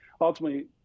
ultimately